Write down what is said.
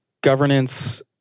governance